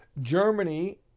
Germany